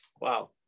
Wow